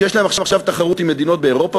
כשיש עכשיו תחרות עם מדינות באירופה,